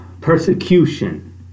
persecution